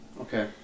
Okay